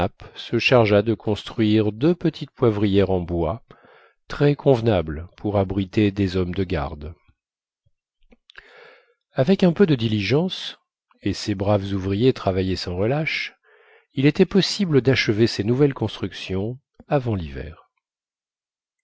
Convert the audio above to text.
se chargea de construire deux petites poivrières en bois très convenables pour abriter des hommes de garde avec un peu de diligence et ces braves ouvriers travaillaient sans relâche il était possible d'achever ces nouvelles constructions avant l'hiver